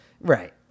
right